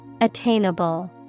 attainable